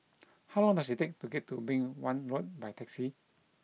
how long does it take to get to Beng Wan Road by taxi